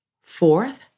Fourth